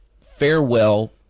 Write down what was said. farewell